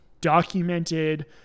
documented